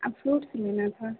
आ fruits लेना था